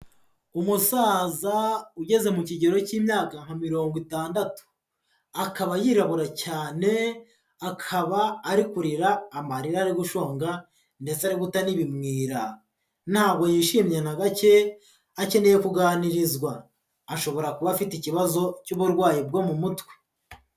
Umusaza ugeze mu kigero cy'imyaka nka mirongo itandatu, akaba yirabura cyane akaba ari kurira amarira ari gushonga ndetse ari guta n'ibimwira. Ntabwo yishimye na gake, akeneye kuganirizwa. Ashobora kuba afite ikibazo cy'uburwayi bwo mu mutwe.